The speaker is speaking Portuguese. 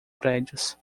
prédios